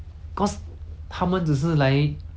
怎样讲 err you know like